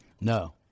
No